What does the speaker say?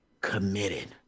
committed